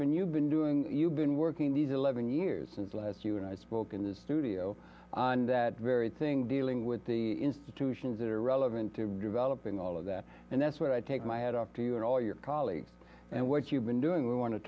when you've been doing you've been working these eleven years and let's you and i spoke in the studio on that very thing dealing with the institutions that are relevant to developing all of that and that's what i take my hat off to you and all your colleagues and what you've been doing we want to